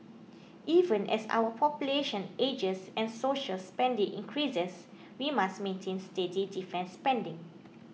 even as our population ages and social spending increases we must maintain steady defence spending